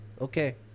Okay